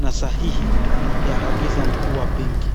na sahihi ya afisa mkuu wa benki.